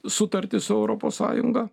sutartį su europos sąjunga